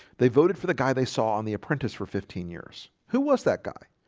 they voted for the guy they saw on the apprentice for fifteen years. who was that guy?